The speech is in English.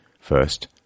first